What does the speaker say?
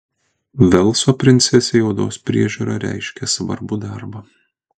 velso princesei odos priežiūra reiškė svarbų darbą